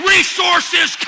Resources